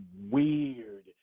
weird